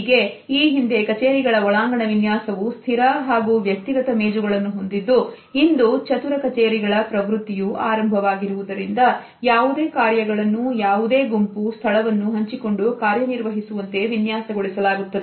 ಹೀಗೆ ಈ ಹಿಂದೆ ಕಚೇರಿಗಳ ಒಳಾಂಗಣ ವಿನ್ಯಾಸವೂ ಸ್ಥಿರ ಹಾಗೂ ವ್ಯಕ್ತಿಗತ ಮೇಜುಗಳನ್ನು ಹೊಂದಿದ್ದು ಇಂದು ಚತುರ ಕಚೇರಿಗಳ ಪ್ರವೃತ್ತಿಯೂ ಆರಂಭವಾಗಿರುವುದರಿಂದ ಯಾವುದೇ ಕಾರ್ಯಗಳನ್ನು ಯಾವುದೇ ಗುಂಪು ಸ್ಥಳವನ್ನು ಹಂಚಿಕೊಂಡು ಕಾರ್ಯನಿರ್ವಹಿಸುವಂತೆ ವಿನ್ಯಾಸಗೊಳಿಸಲಾಗುತ್ತದೆ